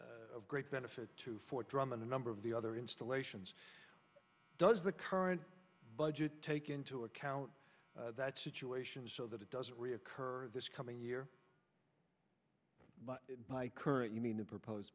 of great benefit to fort drum and a number of the other installations does the current budget take into account that situation so that it doesn't reoccur this coming year by current you mean a propose